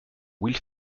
will